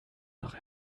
noch